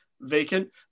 vacant